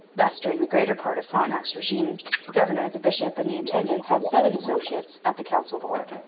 thus during the greater part of frontenac's regime the governor, the bishop, and the intendant had seven associates at the council-board.